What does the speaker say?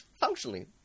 functionally